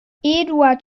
eduard